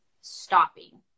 stopping